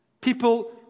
People